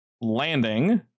landing